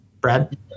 Brad